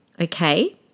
Okay